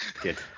good